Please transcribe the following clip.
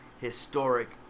historic